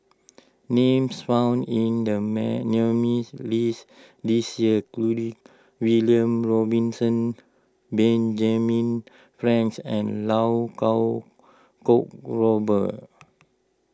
names found in the list this year include William Robinson Benjamin Frank and Lau Kuo Kwong Robert